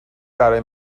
برای